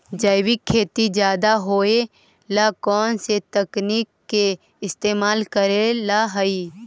जैविक खेती ज्यादा होये ला कौन से तकनीक के इस्तेमाल करेला हई?